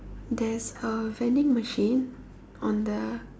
there's a vending machine on the